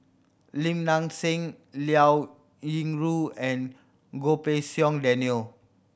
Lim Nang Seng Liao Yingru and Goh Pei Siong Daniel